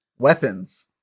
weapons